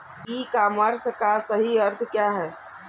ई commerce का सही अर्थ क्या है?